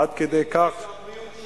עד כדי כך, שהבריאות,